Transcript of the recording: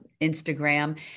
Instagram